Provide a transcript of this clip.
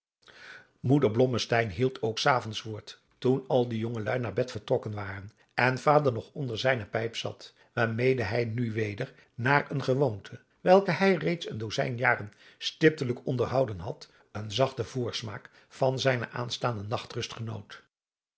blommesteyn hield ook s avonds woord toen al de jongeluî naar bed vertrokken waren en vader nog onder zijne pijp zat waarmede hij nu weder naar een gewoonte welke hij reeds een dozijn jaren stiptelijk onderhouden had een zachten voorsmaak van zijne aanstaande nachtrust genoot